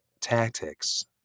tactics